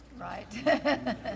Right